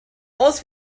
aus